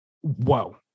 Whoa